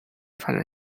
发展